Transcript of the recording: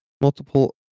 multiple